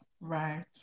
Right